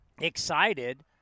excited